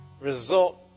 result